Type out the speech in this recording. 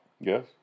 Yes